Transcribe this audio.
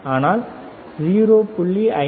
எனவே 0